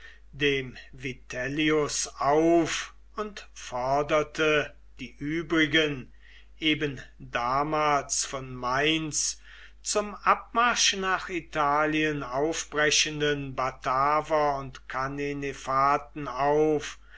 dem vitellius auf und forderte die übrigen eben damals von mainz zum abmarsch nach italien aufbrechenden bataver und cannenefaten auf